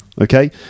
okay